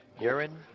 Urine